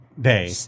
day